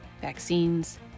vaccines